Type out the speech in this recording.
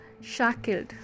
shackled